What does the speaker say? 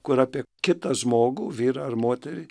kur apie kitą žmogų vyrą ar moterį